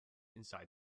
inside